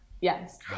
Yes